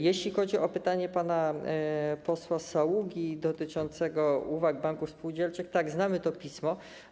Jeśli chodzi o pytanie pana posła Saługi dotyczące uwag banków spółdzielczych, to znamy to pismo.